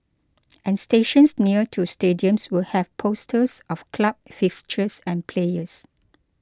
and stations near to stadiums will have posters of club fixtures and players